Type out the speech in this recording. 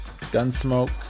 Gunsmoke